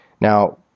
Now